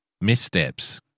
missteps